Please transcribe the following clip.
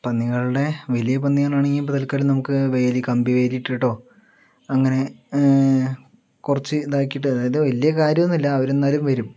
പന്നികളുടെ വലിയ പന്നികളാണെങ്കിൽ ഇപ്പോൾ തൽക്കാലം നമുക്ക് വേലി കമ്പിവേലി ഇട്ടിട്ടോ അങ്ങനെ കുറച്ച് ഇതാക്കീട്ട് അതായത് വലിയ കാര്യമൊന്നും ഇല്ല അവരെന്നാലും വരും